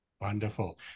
Wonderful